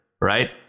right